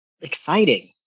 exciting